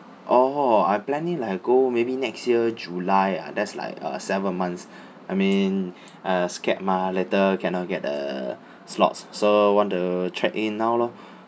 orh I planning like I go maybe next year july ah there's like uh seven months I mean uh scared mah later cannot get the slots so want to check in now lor